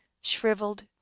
shriveled